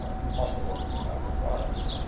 ah combustible tobacco products.